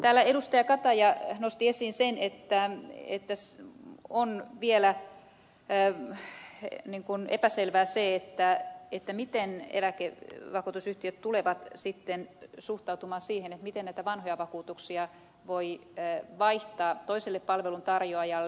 täällä edustaja kataja nosti esiin sen että on vielä epäselvää se miten eläkevakuutusyhtiöt tulevat sitten suhtautumaan siihen miten näitä vanhoja vakuutuksia voi vaihtaa toiselle palveluntarjoajalle